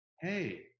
Hey